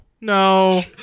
no